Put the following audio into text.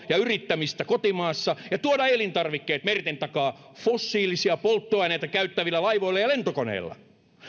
ja yrittämistä kotimaassa ja tuoda elintarvikkeet merten takaa fossiilisia polttoaineita käyttävillä laivoilla ja lentokoneilla